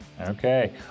Okay